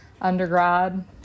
undergrad